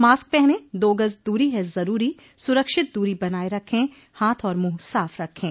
mask पहनें दो गज़ दूरी है ज़रूरी सुरक्षित दूरी बनाए रखें हाथ और मुंह साफ़ रखें